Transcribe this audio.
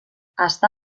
està